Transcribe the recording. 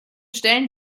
stellen